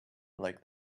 like